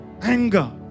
anger